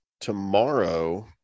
tomorrow